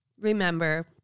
Remember